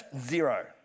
zero